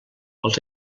els